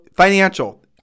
Financial